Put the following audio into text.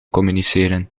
communiceren